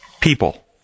people